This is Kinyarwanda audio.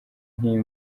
nk’iyo